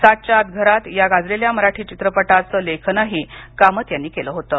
सातच्या आत घरात या गाजलेल्या मराठी चित्रपटाचं लेखनही कामत यांनी केलं होतं